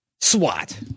SWAT